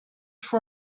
for